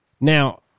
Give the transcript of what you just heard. Now